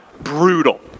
Brutal